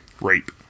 Rape